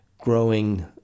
growing